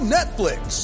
Netflix